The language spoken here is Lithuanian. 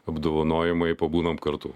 apdovanojimai pabūnam kartu